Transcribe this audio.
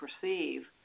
perceive